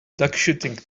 duckshooting